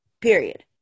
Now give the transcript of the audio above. period